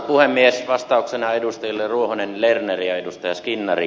vastauksena edustajille ruohonen lerner ja skinnari